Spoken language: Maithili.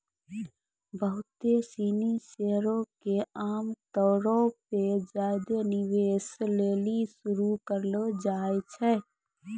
बहुते सिनी शेयरो के आमतौरो पे ज्यादे निवेश लेली शुरू करलो जाय छै